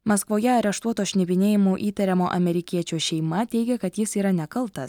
maskvoje areštuoto šnipinėjimu įtariamo amerikiečio šeima teigia kad jis yra nekaltas